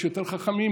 יש יותר חכמים.